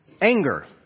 anger